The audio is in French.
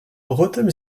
rotem